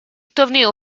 torneo